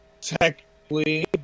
technically